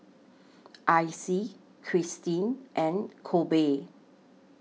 Icy Kirstin and Kolby